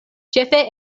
ĉefe